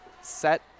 Set